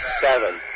seven